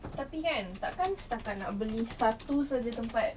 tetapi kan takkan setakat nak beli satu sahaja tempat